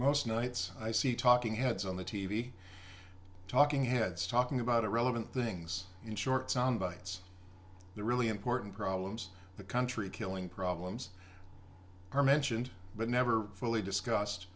most nights i see talking heads on the t v talking heads talking about irrelevant things in short soundbites the really important problems the country killing problems are mentioned but never fully discus